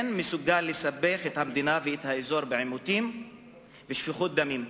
מסוגל לסבך את המדינה ואת האזור בעימותים ובשפיכות דמים.